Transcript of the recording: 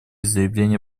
заявления